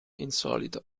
insolita